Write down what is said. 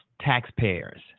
taxpayers